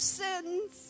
sins